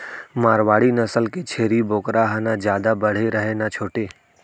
मारवाड़ी नसल के छेरी बोकरा ह न जादा बड़े रहय न छोटे